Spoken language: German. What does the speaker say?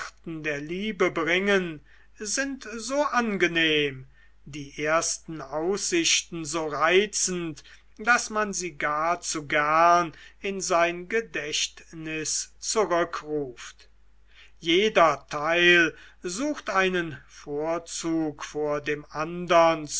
der liebe bringen sind so angenehm die ersten aussichten so reizend daß man sie gar zu gern in sein gedächtnis zurückruft jeder teil sucht einen vorzug vor dem andern